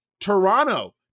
toronto